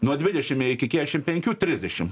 nuo dvidešim iki keašim penkių trisdešim